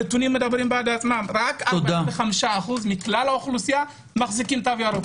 הנתונים מדברים בעד עצמם - רק 45% מכלל האוכלוסייה מחזיקים תו ירוק,